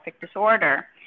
disorder